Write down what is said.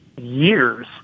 years